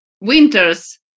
winters